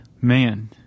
Man